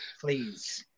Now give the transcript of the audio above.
Please